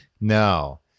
no